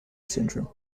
syndrome